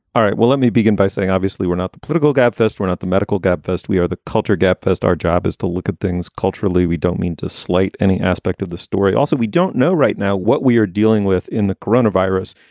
all right. well, let me begin by saying obviously we're not the political gabfest, we're not the medical gabfest. we are the culture get past. our job is to look at things culturally. we don't mean to slight any aspect of the story. also, we don't know right now what we are dealing with in the corona virus.